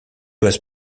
was